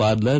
parlour